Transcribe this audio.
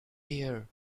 here